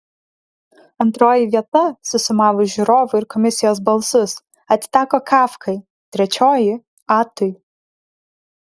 antroji vieta susumavus žiūrovų ir komisijos balsus atiteko kafkai trečioji atui